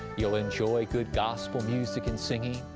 you'll enjoy good gospel music and singing,